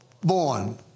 born